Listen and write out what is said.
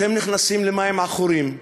אתם נכנסים למים עכורים.